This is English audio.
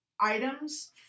items